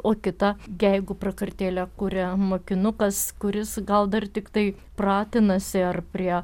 o kita jeigu prakartėlę kuria mokinukas kuris gal dar tiktai pratinasi ar prie